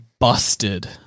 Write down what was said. Busted